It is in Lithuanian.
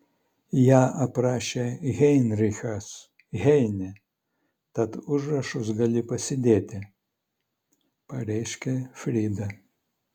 ją aprašė heinrichas heinė tad užrašus gali pasidėti pareiškė frida